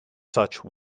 such